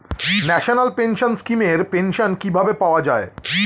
National pension scheme এর pension কিভাবে পাওয়া যায়?